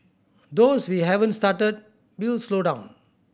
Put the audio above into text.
those we haven't started we'll slow down